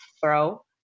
throw